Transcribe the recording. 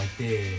idea